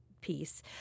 piece